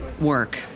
work